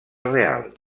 real